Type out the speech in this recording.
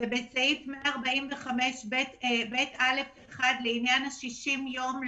ובסעיף 145ב(א)(1) לעניין ה-60 יום,